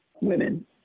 women